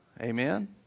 Amen